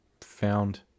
found